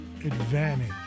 advantage